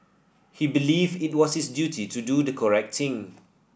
he believed it was his duty to do the correct thing